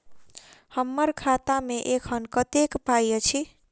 हम्मर खाता मे एखन कतेक पाई अछि?